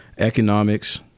Economics